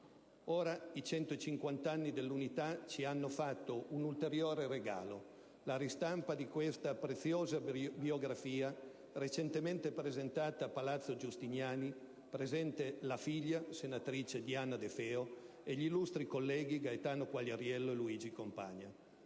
Ora, i 150 anni dell'Unità ci hanno fatto un ulteriore regalo: la ristampa di questa preziosa biografia recentemente presentata a Palazzo Giustiniani, presente la figlia, senatrice Diana De Feo, e gli illustri colleghi Gaetano Quagliariello e Luigi Compagna.